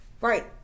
right